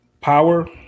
Power